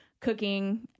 cooking